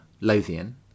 Lothian